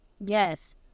Yes